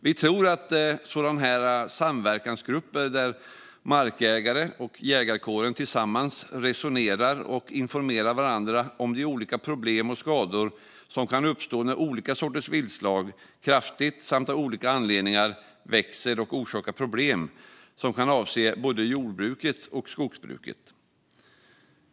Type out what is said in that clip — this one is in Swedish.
Vi tror på samverkansgrupper där markägare och jägarkåren tillsammans resonerar och informerar varandra om de olika problem och skador som kan uppstå när olika sorters viltslag kraftigt växer och orsakar problem avseende både jordbruket och skogsbruket.